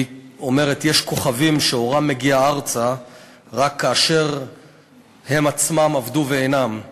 היא אומרת: "יש כוכבים שאורם מגיע ארצה רק כאשר הם עצמם אבדו ואינם /